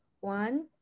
One